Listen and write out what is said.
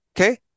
okay